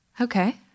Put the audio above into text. Okay